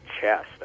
chest